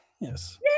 yes